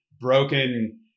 broken